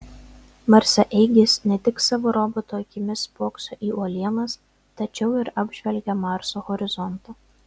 marsaeigis ne tik savo roboto akimis spokso į uolienas tačiau ir apžvelgia marso horizontą